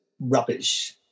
rubbish